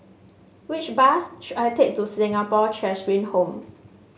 which bus should I take to Singapore Cheshire Home